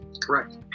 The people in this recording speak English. Correct